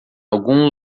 algum